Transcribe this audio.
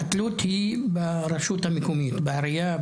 התלות היא ברשות המקומית; בעירייה,